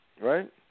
Right